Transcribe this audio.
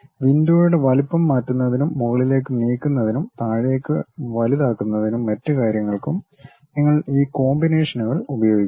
വിൻഡോയുടെ വലുപ്പം മാറ്റുന്നതിനും മുകളിലേക്ക് നീക്കുന്നതിനും താഴേയ്ക്ക് വലുതാക്കുന്നതിനും മറ്റ് കാര്യങ്ങൾക്കും നിങ്ങൾ ഈ കോമ്പിനേഷനുകൾ ഉപയോഗിക്കുന്നു